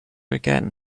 again